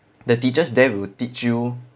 the teachers there will teach you